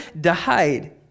died